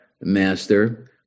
master